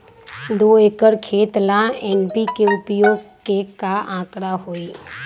दो एकर खेत ला एन.पी.के उपयोग के का आंकड़ा होई?